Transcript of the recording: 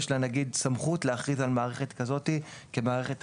יש לה סמכות להכריז על מערכת כזו כמערכת חיונית,